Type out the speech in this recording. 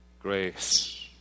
grace